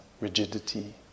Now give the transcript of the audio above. rigidity